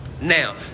Now